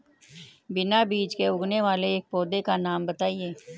बिना बीज के उगने वाले एक पौधे का नाम बताइए